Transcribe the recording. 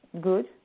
Good